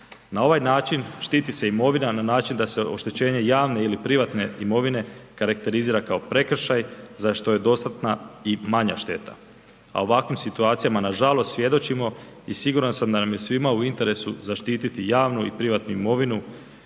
Na ovaj način štiti se imovina na način da se oštećenje javne ili privatne imovine karakterizira kao prekršaj za što je dostatna i manja šteta, a ovakvim situacijama nažalost svjedočimo i siguran sam da nam je svima u interesu zaštititi javnu i privatnu imovinu